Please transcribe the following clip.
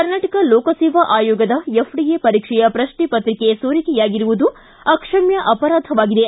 ಕರ್ನಾಟಕ ಲೋಕಸೇವಾ ಆಯೋಗದ ಎಫ್ಡಿಎ ಪರೀಕ್ಷೆಯ ಪ್ರಕ್ಷೆಪತ್ರಿಕೆ ಸೋರಿಕೆಯಾಗಿರುವುದು ಅಕ್ಷಮ್ಯ ಅಪರಾಧವಾಗಿದೆ